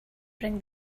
bring